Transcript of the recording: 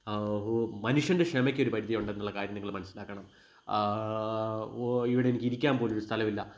മനുഷ്യൻ്റെ ക്ഷമയ്ക്കൊരു പരിധിയുണ്ടെന്നുള്ള കാര്യം നിങ്ങള് മനസിലാക്കണം ഓ ഇവിടെ എനിക്കിരിക്കാന് പോലൊരു സ്ഥലമില്ല